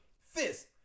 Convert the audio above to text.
Fist